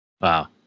Wow